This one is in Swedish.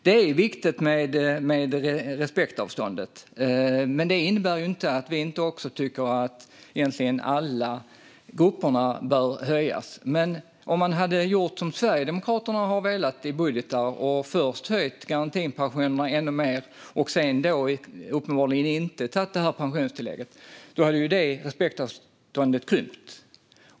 Det är viktigt med respektavståndet, men det innebär inte att vi inte också tycker att alla grupperna bör få en höjning. Men om man hade gjort som Sverigedemokraterna har velat i sina budgetar och först höjt garantipensionerna och sedan inte tagit med pensionstillägget, hade det respektavståndet krympt.